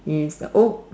is the oat